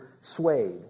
suede